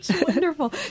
Wonderful